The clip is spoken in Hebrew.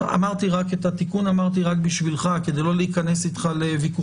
שיוציאו יותר מ-2,500 ₪ כדי שאפשר יהיה לממש